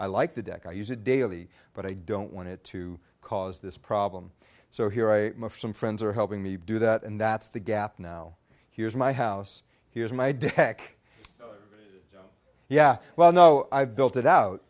i like the deck i use it daily but i don't want it to cause this problem so here are some friends are helping me do that and that's the gap now here's my house here's my deck yeah well no i've built it out